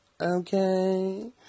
okay